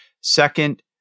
second